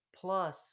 plus